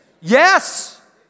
Yes